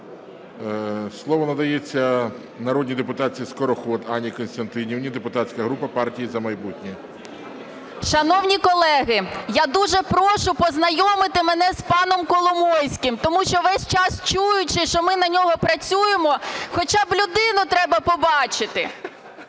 Слово надається народній депутатці Скороход Анні Костянтинівні, депутатська група "Партія "За майбутнє". 10:59:03 СКОРОХОД А.К. Шановні колеги, я дуже прошу познайомити мене з паном Коломойським, тому що весь час чуючи, що ми на нього працюємо, хоча б людину треба побачити.